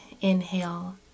inhale